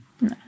No